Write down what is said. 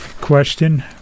question